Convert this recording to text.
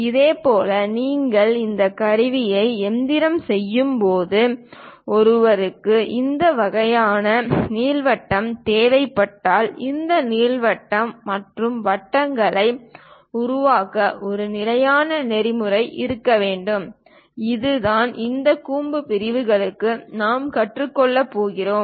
இதேபோல் நீங்கள் இந்த கருவிகளை எந்திரம் செய்யும் போது ஒருவருக்கு இந்த வகையான நீள்வட்டம் தேவைப்பட்டால் இந்த நீள்வட்டங்கள் மற்றும் வட்டங்களை உருவாக்க ஒரு நிலையான நெறிமுறை இருக்க வேண்டும் இதுதான் இந்த கூம்பு பிரிவுகளுக்கு நாம் கற்றுக்கொள்ளப் போகிறோம்